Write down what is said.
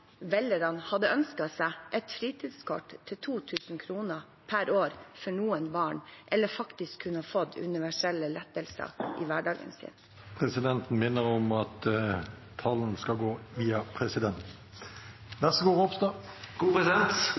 velgerne hadde ønsket seg – et fritidskort til 2 000 kr per år, for noen barn, eller faktisk å kunne få universelle lettelser i hverdagen sin? Presidenten minner om at talen skal gå via